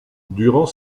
durant